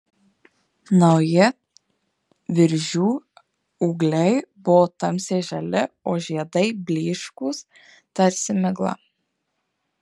nauji viržių ūgliai buvo tamsiai žali o žiedai blyškūs tarsi migla